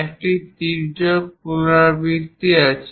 একটি তির্যক পুনরাবৃত্তি আছে